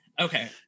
okay